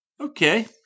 Okay